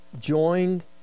joined